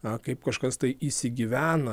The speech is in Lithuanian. na kaip kažkas tai įsigyvena